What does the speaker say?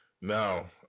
now